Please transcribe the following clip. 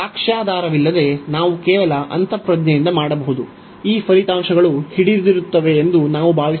ಸಾಕ್ಷ್ಯಾಧಾರವಿಲ್ಲದೆ ನಾವು ಕೇವಲ ಅಂತಃಪ್ರಜ್ಞೆಯಿಂದ ಮಾಡಬಹುದು ಈ ಫಲಿತಾಂಶಗಳು ಹಿಡಿದಿರುತ್ತವೆ ಎಂದು ನಾವು ಭಾವಿಸಬಹುದು